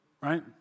Right